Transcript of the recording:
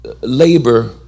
labor